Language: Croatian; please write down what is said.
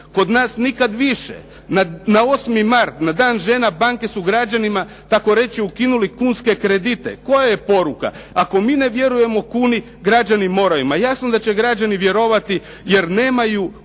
kod nas nikada više. Na 8. mart, na Dan žena banke su građanima tako reći ukinuli kunske kredite. Koja je poruka, ako mi ne vjerujemo kuni, građani moraju. Ma jasno da će građani vjerovati jer nemaju